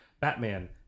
Batman